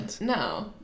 no